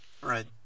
right